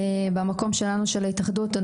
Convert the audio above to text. במקום שלנו של ההתאחדות,